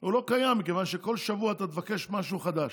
הוא לא קיים מכיוון שכל שבוע אתה תבקש משהו חדש,